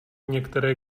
některé